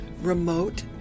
remote